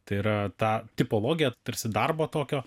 tai yra tą tipologiją tarsi darbo tokio